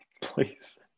Please